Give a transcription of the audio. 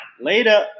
Later